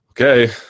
okay